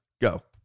go